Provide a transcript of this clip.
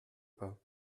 pas